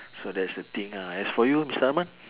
so that's the thing ah as for you mister arman